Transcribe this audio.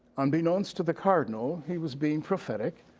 unbeknownst to the cardinal, he was being prophetic,